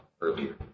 earlier